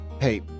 Hey